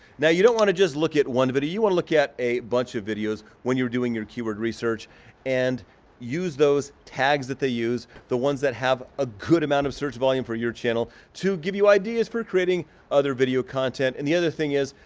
now you don't wanna just look at one video, you wanna look at a bunch of videos when you're doing your keyword research and use those tags that they use the ones that have a good amount of search volume for your channel to give you ideas for creating other video content. and the other thing is,